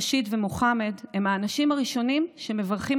ראשיד ומוחמד הם האנשים הראשונים שמברכים